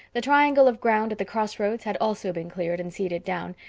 the triangle of ground at the cross roads had also been cleared and seeded down,